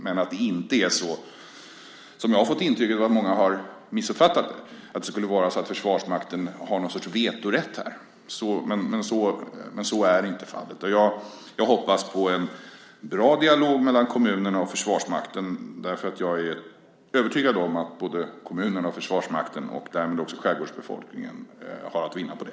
Men det är alltså inte så som jag har fått intryck av att många har missuppfattat att det är, nämligen att Försvarsmakten skulle ha någon sorts vetorätt här. Men så är inte fallet. Jag hoppas på en bra dialog mellan kommunerna och Försvarsmakten, därför att jag är övertygad om att både kommunerna och Försvarsmakten och därmed också skärgårdsbefolkningen har att vinna på det.